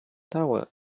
tower